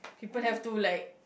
people have to like